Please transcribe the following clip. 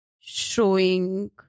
showing